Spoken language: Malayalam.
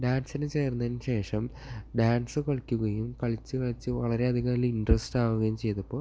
ഡാൻസിന് ചേർന്നതിനു ശേഷം ഡാൻസ് കളിക്കുകയും കളിച്ച് കളിച്ച് വളരെയധികം അതിൽ ഇൻട്രസ്റ്റ് ആകുകയും ചെയ്തപ്പോൾ